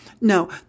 No